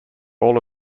all